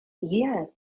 Yes